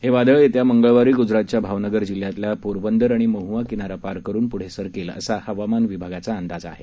हे वादळ येत्या मंगळवारी गुजरातच्या भावनगर जिल्ह्यातला पोरबंदर आणि मह्आ किनारा पार करून प्ढं सरकेल असा हवामान विभागाचा अंदाज आहे